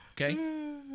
Okay